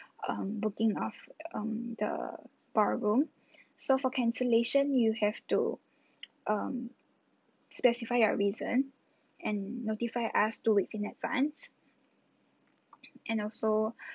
um booking of um the ballroom so for cancellation you have to um specify a reason and notify us two weeks in advance and also